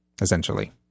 essentially